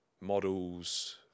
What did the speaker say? models